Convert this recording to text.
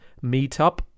meetup